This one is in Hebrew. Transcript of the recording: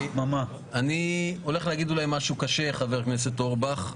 אני הולך להגיד אולי משהו קשה, חבר הכנסת אורבך.